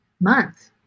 month